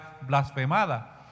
blasfemada